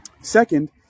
Second